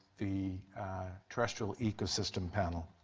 the terrestrial ecosystem panel.